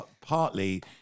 partly